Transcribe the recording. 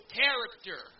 character